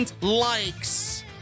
likes